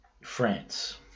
France